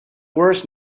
worst